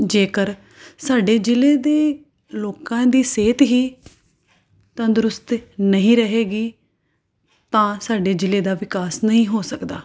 ਜੇਕਰ ਸਾਡੇ ਜ਼ਿਲ੍ਹੇ ਦੇ ਲੋਕਾਂ ਦੀ ਸਿਹਤ ਹੀ ਤੰਦਰੁਸਤ ਨਹੀਂ ਰਹੇਗੀ ਤਾਂ ਸਾਡੇ ਜ਼ਿਲ੍ਹੇ ਦਾ ਵਿਕਾਸ ਨਹੀਂ ਹੋ ਸਕਦਾ